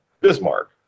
Bismarck